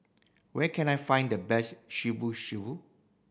where can I find the best Shibu Shibu